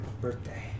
birthday